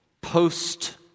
post